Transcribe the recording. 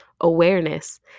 awareness